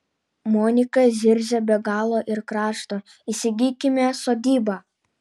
monika zirzia be galo ir krašto įsigykime sodybą